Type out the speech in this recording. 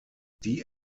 die